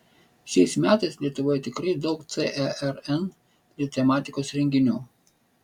šiais metais lietuvoje tikrai daug cern tematikos renginių